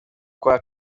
kwa